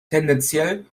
tendenziell